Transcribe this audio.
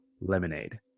lemonade